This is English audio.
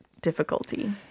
difficulty